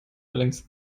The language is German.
allerdings